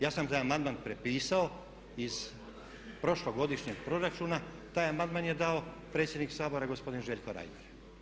Ja sam taj amandman prepisao iz prošlogodišnjeg proračuna, taj amandman je dao predsjednik Sabora gospodin Željko Reiner.